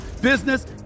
business